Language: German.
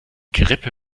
gerippe